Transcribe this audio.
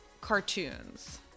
cartoons